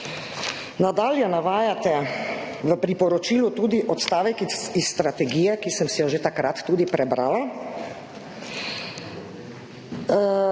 Nadalje navajate v priporočilu tudi odstavek iz strategije, ki sem si jo že takrat tudi prebrala.